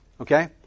Okay